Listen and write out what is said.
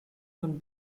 von